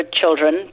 children